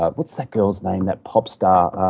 ah what's that girl's name, that pop star,